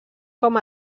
com